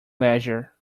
leisure